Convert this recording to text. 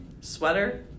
sweater